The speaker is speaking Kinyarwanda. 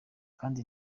kandi